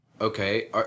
Okay